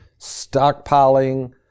stockpiling